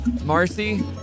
Marcy